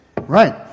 Right